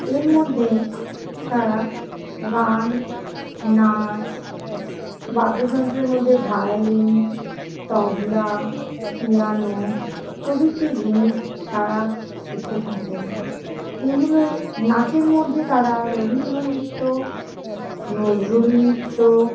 এর মধ্যে তারা গান নাচ বাদ্যযন্ত্রের মধ্যে ভায়োলিন তবলা পিয়ানো প্রভৃতি জিনিস তারা শিখে থাকেন এইগুলো নাচের মধ্যে তারা রবীন্দ্র নৃত্য নজরুল নৃত্য